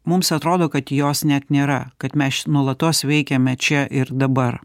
mums atrodo kad jos net nėra kad mes nuolatos veikiame čia ir dabar